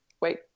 Wait